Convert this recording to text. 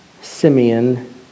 Simeon